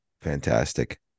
fantastic